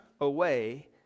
away